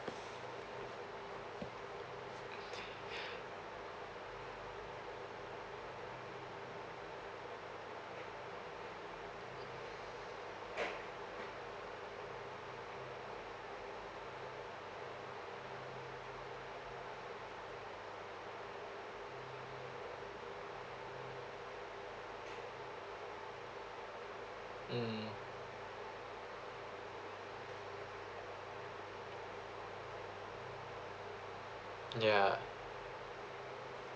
mm ya